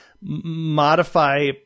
modify